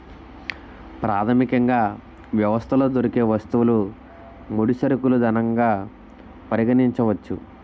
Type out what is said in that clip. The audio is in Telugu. ప్రాథమికంగా వ్యవస్థలో దొరికే వస్తువులు ముడి సరుకులు ధనంగా పరిగణించవచ్చు